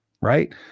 right